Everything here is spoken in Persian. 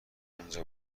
اونجا